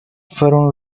fueron